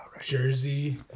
Jersey